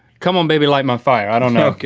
come on baby, light my fire. i don't know.